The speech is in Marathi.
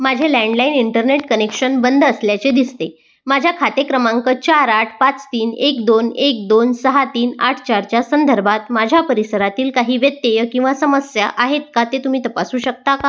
माझे लँडलाईन इंटरनेट कनेक्शन बंद असल्याचे दिसते माझ्या खाते क्रमांक चार आठ पाच तीन एक दोन एक दोन सहा तीन आठ चारच्या संदर्भात माझ्या परिसरातील काही व्यत्यय किंवा समस्या आहेत का ते तुम्ही तपासू शकता